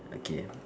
okay